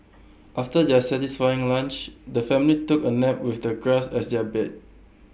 after their satisfying lunch the family took A nap with the grass as their bed